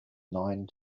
nine